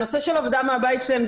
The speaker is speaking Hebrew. הנושא של עבודה מהבית שלהן,